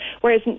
whereas